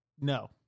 No